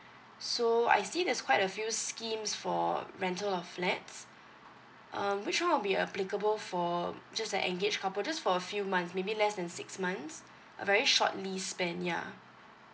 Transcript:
so I see there's quite a few schemes for rental of flats um which [one] will be applicable for just a engage couple just for a few months maybe less than six months a very shortly spent ya